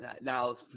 now